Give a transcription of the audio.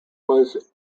was